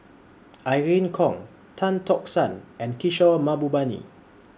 Irene Khong Tan Tock San and Kishore Mahbubani